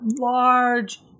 large